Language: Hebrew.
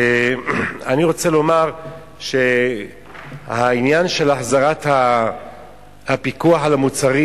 אני רוצה לומר שהעניין של החזרת הפיקוח על המוצרים,